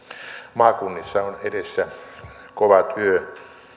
maakunnissa on edessä kova työ